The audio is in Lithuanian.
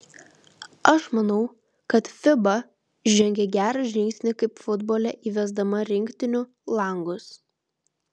aš manau kad fiba žengė gerą žingsnį kaip futbole įvesdama rinktinių langus